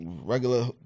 regular